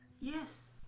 Yes